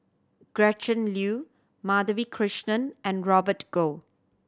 Gretchen Liu Madhavi Krishnan and Robert Goh